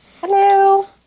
hello